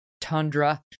tundra